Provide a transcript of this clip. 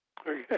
Okay